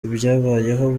ibyababayeho